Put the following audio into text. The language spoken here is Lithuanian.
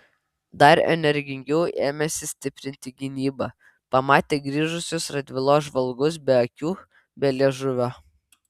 dar energingiau ėmėsi stiprinti gynybą pamatę grįžusius radvilos žvalgus be akių be liežuvio